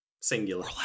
singular